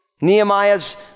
Nehemiah's